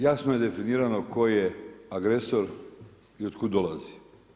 Jasno je definirano tko je agresor i otkud dolazi.